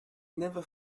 never